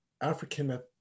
African